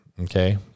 okay